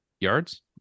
yards